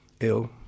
ill